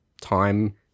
time